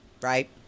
Right